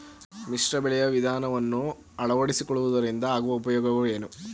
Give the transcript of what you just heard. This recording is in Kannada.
ಮಿಶ್ರ ಬೆಳೆಯ ವಿಧಾನವನ್ನು ಆಳವಡಿಸಿಕೊಳ್ಳುವುದರಿಂದ ಆಗುವ ಉಪಯೋಗವೇನು?